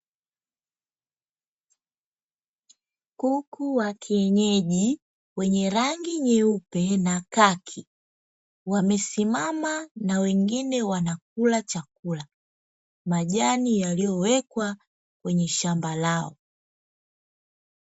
Kuku wa kienyeji wenye rangi nyeupe na kaki, wamesimama na wengine wanakula chakula. Majani yaliyowekwa kwenye shamba lao.